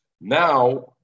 Now